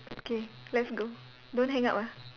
okay let's go don't hang up ah